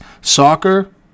soccer